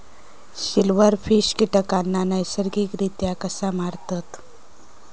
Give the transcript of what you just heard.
Silverfish कीटकांना नैसर्गिकरित्या कसा मारतत?